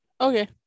Okay